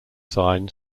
sign